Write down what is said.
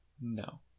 no